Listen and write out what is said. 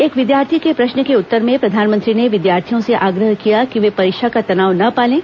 एक विद्यार्थी के प्रश्न के उत्तर में प्रधानमंत्री ने विद्यार्थियों से आग्रह किया कि वे परीक्षा का तनाव न पालें